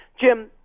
Jim